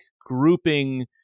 grouping